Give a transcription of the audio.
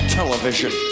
television